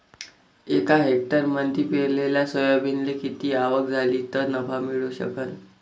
एका हेक्टरमंदी पेरलेल्या सोयाबीनले किती आवक झाली तं नफा मिळू शकन?